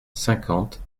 cinquante